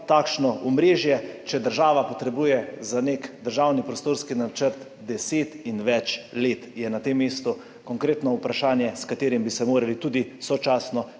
takšno omrežje, če država potrebuje za nek državni prostorski načrt 10 in več let, je na tem mestu konkretno vprašanje, s katerim bi se morali tudi sočasno,